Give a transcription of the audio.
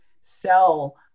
sell